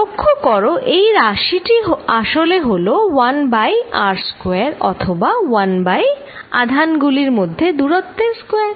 লক্ষ্য করো এই রাশিটি আসলে হল 1 বাই r স্কোয়ার অথবা 1 বাই আধান গুলির মধ্যে দূরত্বের স্কোয়ার